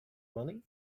money